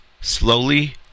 slowly